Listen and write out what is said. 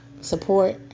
Support